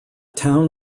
town